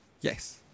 Yes